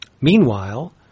Meanwhile